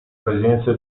presenza